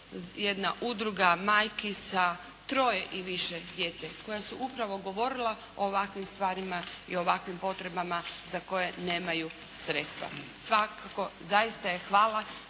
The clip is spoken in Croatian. jedna udruga majki sa troje i više djece koja su upravo govorila o ovakvim stvarima i ovakvim potrebama za koje nemaju sredstva. Svakako, zaista je